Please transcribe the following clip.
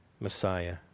Messiah